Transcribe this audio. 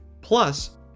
Plus